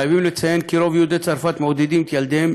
חייבים לציין כי יהודי צרפת מעודדים את ילדיהם